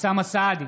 אוסאמה סעדי,